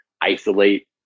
isolate